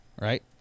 right